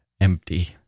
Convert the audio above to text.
empty